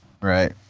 Right